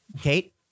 Kate